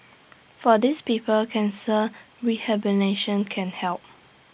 for these people cancer can help